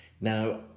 Now